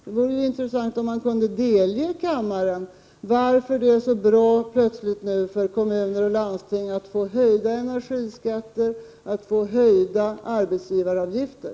Det vore intressant om Ivar Franzén kunde tala om för kammaren varför det plötsligt skulle vara så bra för kommuner och landsting att få höjda energiskatter och höjda arbetsgivaravgifter.